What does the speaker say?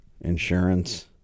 Insurance